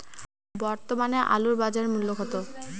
বর্তমানে আলুর বাজার মূল্য কত?